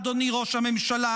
אדוני ראש הממשלה,